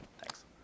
Thanks